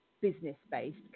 business-based